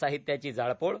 साहित्याची जाळपोळ